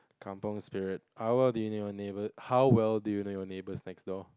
Kampung Spirit how well do you know your neighbours how well do you know your neighbours next door